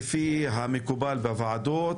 לפי המקובל בוועדות,